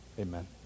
amen